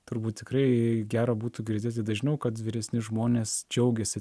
turbūt tikrai gero būtų girdėti dažniau kad vyresni žmonės džiaugiasi